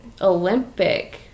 Olympic